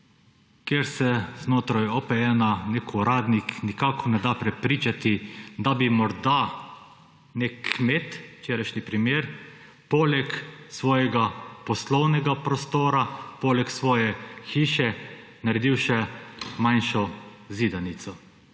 kjer se znotraj OPN nek uradnik nikakor ne da prepričati, da bi morda nek kmet, včerajšnji primer, poleg svojega poslovnega prostora, poleg svoje hiše naredil še manjšo zidanico.